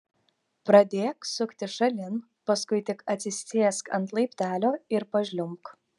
pradėk suktis šalin paskui tik atsisėsk ant laiptelio ir pažliumbk